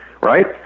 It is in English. right